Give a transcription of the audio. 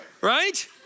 Right